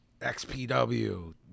XPW